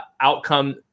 outcome